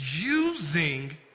using